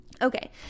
Okay